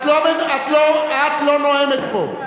את לא נואמת פה.